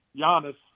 Giannis